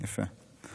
יפה.